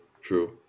true